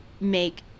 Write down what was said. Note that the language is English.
make